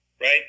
right